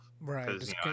right